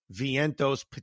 Vientos